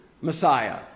Messiah